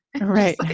Right